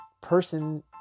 person